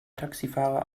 taxifahrer